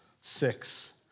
six